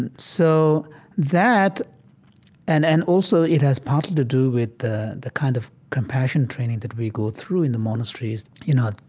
and so that and and also it has partly to do with the the kind of compassion training that we go through in the monasteries, you know,